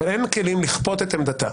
אין כלים לכפות את עמדתה